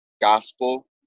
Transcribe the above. gospel